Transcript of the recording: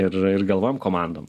ir ir galvojam komandom